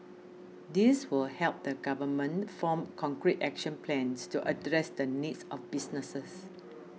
this will help the government form concrete action plans to address the needs of businesses